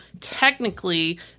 technically